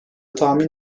tahmin